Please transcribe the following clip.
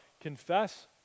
confess